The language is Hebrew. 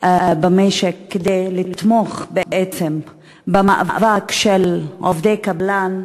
במשק כדי לתמוך במאבק של עובדי הקבלן,